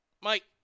Mike